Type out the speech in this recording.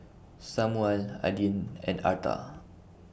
Samual Adin and Arta